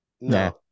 No